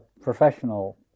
professional